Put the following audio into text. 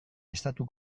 estatu